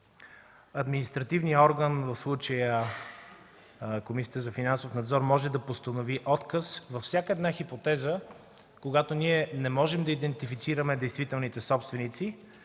Комисията за финансов надзор, може да постанови отказ във всяка една хипотеза, когато ние не можем да идентифицираме действителните собственици